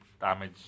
damage